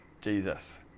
Jesus